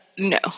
No